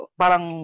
parang